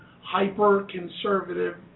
hyper-conservative